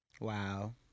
Wow